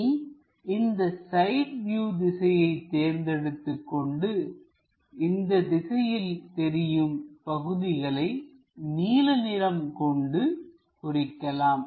இனி இந்த side view திசையை தேர்ந்தெடுத்துக்கொண்டு இந்த திசையில் தெரியும் பகுதிகளை நீல நிறம் கொண்டு குறிக்கலாம்